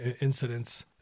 incidents